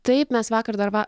taip mes vakar dar va